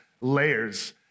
layers